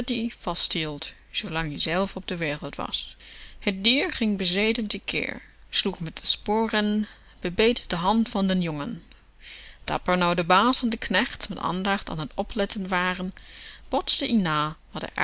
vasthield zoolang ie zelf op de wereld was t dier ging bezeten te keer sloeg met de sporen bebeet de hand van den jongen dapper nou de baas en de knechts met aandacht aan t opletten waren bootste ie na